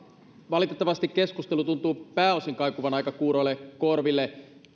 valitettavasti keskustelu tuntuu pääosin kaikuvan aika kuuroille korville